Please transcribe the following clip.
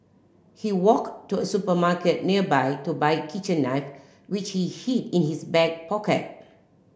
he walked to a supermarket nearby to buy a kitchen knife which he hid in his back pocket